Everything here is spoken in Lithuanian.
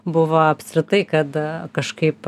buvo apskritai kad kažkaip